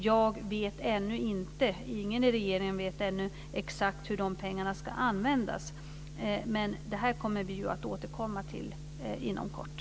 Jag vet ännu inte - ingen i regeringen vet det ännu - exakt hur de pengarna ska användas. Men det här återkommer vi till inom kort.